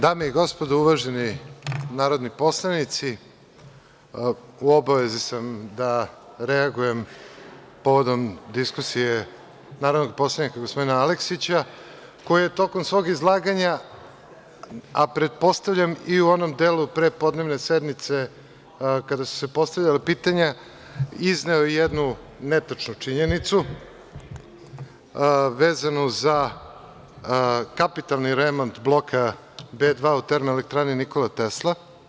Dame i gospodo, uvaženi poslanici u obavezi sam da reagujem povodom diskusije narodnog poslanika gospodina Aleksića koji je tokom svog izlaganja, a pretpostavljam i u onom delu prepodnevne sednice kada su se postavljala pitanja, izneo jednu netačnu činjenicu vezanu za kapitalni remont bloka B2 u Elektrani „Nikola Tesla“